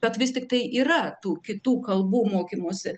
bet vis tiktai yra tų kitų kalbų mokymosi